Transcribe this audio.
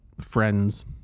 Friends